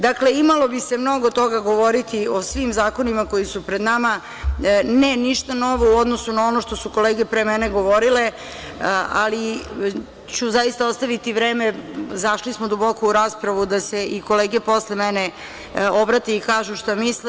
Dakle, imalo bi se mnogo toga govoriti o svim zakonima koji su pred nama ne, ništa novo u odnosu na ono što su kolege pre mene govorile, ali ću zaista ostaviti vreme, zašli smo duboko u raspravu da se i kolege posle mene obrate i kažu šta misle.